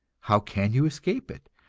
how can you escape it,